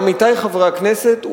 עמיתי חברי הכנסת,